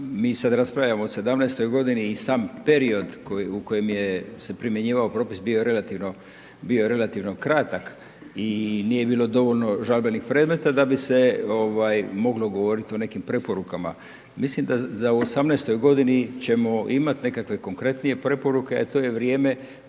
Mi sada raspravljamo o '17.-oj godini i sam period u kojem se primjenjivao propis bio je relativno, bio je relativno kratak i nije bilo dovoljno žalbenih predmeta da bi se moglo govoriti o nekim preporukama. Mislim da za '18.-tu godinu ćemo imati nekakve konkretnije preporuke a to je vrijeme